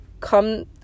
come